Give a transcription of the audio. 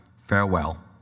Farewell